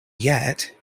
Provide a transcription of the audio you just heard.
yet